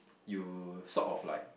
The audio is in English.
you sort of like